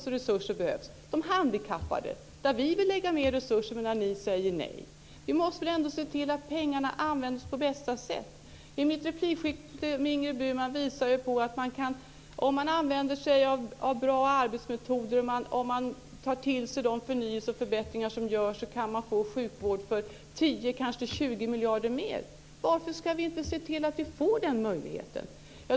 Vi vill t.ex. ge mer resurser till de handikappade medan ni säger nej. Vi måste väl ändå se till att pengarna används på bästa sätt. Mitt replikskifte med Ingrid Burman visade på detta. Om man använder sig av bra arbetsmetoder och tar till sig den förnyelse och de förbättringar som görs kan man få sjukvård för 10 kanske 20 miljarder mer. Varför ska vi inte se till att vi får den möjligheten?